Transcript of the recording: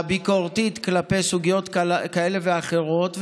שהיא הביקורתית כלפי סוגיות כאלה ואחרות,